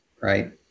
right